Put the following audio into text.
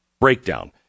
breakdown